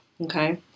okay